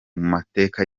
mateka